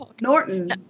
Norton